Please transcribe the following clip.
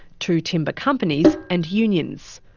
two timber companies and unions.